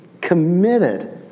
committed